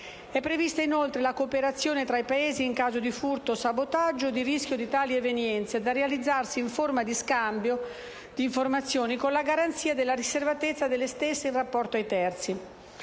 È prevista inoltre la cooperazione tra i Paesi in caso di furto o sabotaggio o di rischio di tali evenienze, da realizzarsi in forma di scambio di informazioni con la garanzia della riservatezza delle stesse in rapporto a terzi.